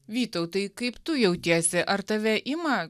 vytautai kaip tu jautiesi ar tave ima